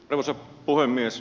arvoisa puhemies